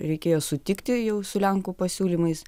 reikėjo sutikti jau su lenkų pasiūlymais